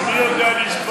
אבל מי יודע לספור,